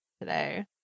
today